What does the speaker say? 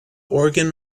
organ